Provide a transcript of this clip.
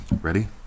Ready